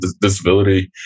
disability